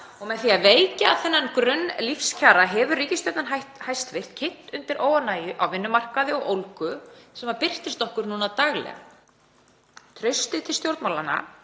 og með því að veikja þennan grunn lífskjara hefur ríkisstjórnin kynt undir óánægju á vinnumarkaði og ólgu sem birtist okkur núna daglega. Traustið til stjórnmálanna